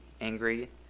angry